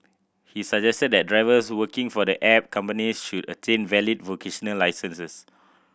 he suggested that drivers working for the app companies should attain valid vocational licences